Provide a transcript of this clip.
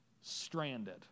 stranded